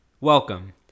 welcome